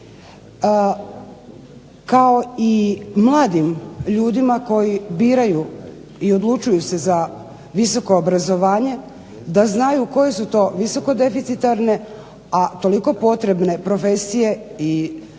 kao i mladim ljudima koji biraju i odlučuju se za visoko obrazovanje da znaju koje su to visoko deficitarne, a toliko potrebne profesije i zanimanja